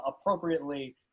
appropriately